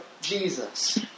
Jesus